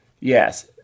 yes